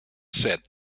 said